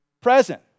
present